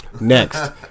Next